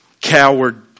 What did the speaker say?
coward